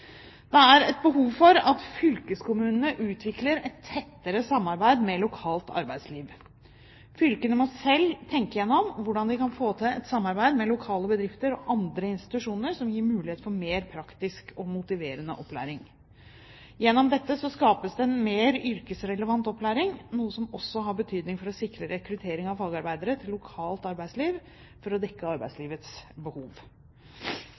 Det er behov for at fylkeskommunene utvikler et tettere samarbeid med lokalt arbeidsliv. Fylkene må selv tenke gjennom hvordan de kan få til et samarbeid med lokale bedrifter og andre institusjoner som gir mulighet for mer praktisk og motiverende opplæring. Gjennom dette skapes mer yrkesrelevant opplæring, noe som også har betydning for å sikre rekruttering av fagarbeidere til lokalt arbeidsliv for å dekke arbeidslivets behov.